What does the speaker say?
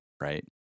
right